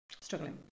struggling